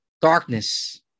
Darkness